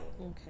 okay